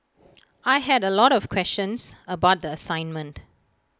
I had A lot of questions about the assignment